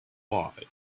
and